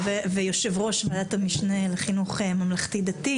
ויושב-ראש ועדת המשנה לחינוך ממלכתי-דתי.